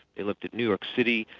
they looked at new york city,